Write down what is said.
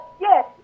Yes